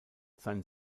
sein